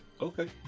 okay